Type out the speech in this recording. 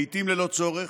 לעיתים ללא צורך,